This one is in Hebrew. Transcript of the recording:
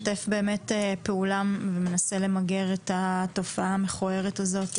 משתף פעולה ומנסה למגר את התופעה המכוערת הזו.